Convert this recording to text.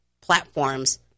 platforms